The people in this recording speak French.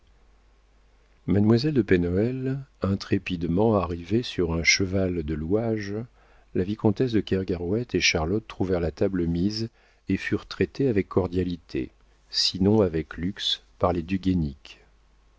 mademoiselle de pen hoël intrépidement arrivée sur un cheval de louage la vicomtesse de kergarouët et charlotte trouvèrent la table mise et furent traitées avec cordialité sinon avec luxe par les du